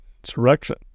insurrection